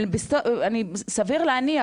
סביר להניח,